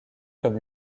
comme